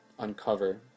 uncover